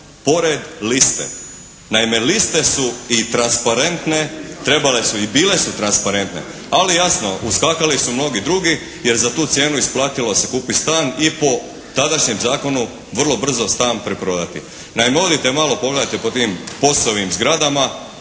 pored liste. Naime, liste su i transparentne. Trebale su i bile su transparentne. Ali jasno, uskakali su mnogi drugi jer za tu cijenu isplatilo se kupiti stan i po tadašnjem zakonu vrlo brzo stan preprodati. Naime, odite malo pogledajte po tim POS-ovim zgradama